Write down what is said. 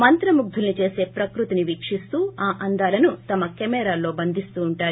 మంత్రముగ్గుల్పి చేసే ప్రకృతిని వీకిస్తూ ఆ అందాలను తమ కెమెరాల్లో బంధిస్తూ ఉంటారు